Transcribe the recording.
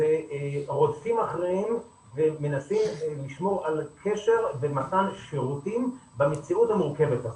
רודפים אחריהם ומנסים לשמור על קשר במתן שירותים במציאות המורכבת הזאת,